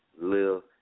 Lil